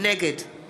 נגד